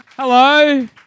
Hello